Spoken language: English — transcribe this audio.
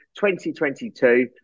2022